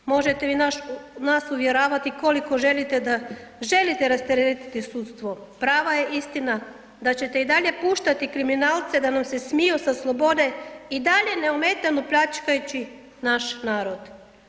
Možete vi nas uvjeravati koliko želite da želite rasteretiti sudstvo, prava je istina da ćete i dalje puštati kriminalce da nam se smiju sa slobode i dalje neometano pljačkajući naš narod.